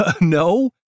No